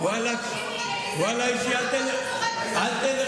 ואללה אישי, אני,